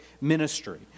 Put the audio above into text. ministry